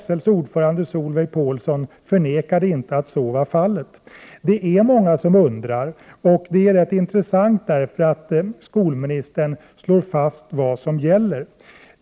SL:s ordförande Solveig Paulsson förnekade inte att så var fallet. Det är många som undrar, och det är rätt intressant, därför att skolministern slår fast vad som gäller.